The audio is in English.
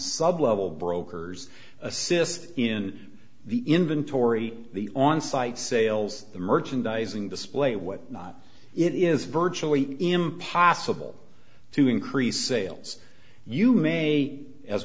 sublevel brokers assist in the inventory the on site sales the merchandising display whatnot it is virtually impossible to increase sales you may as